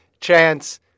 chance